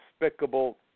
despicable